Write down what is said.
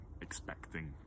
expecting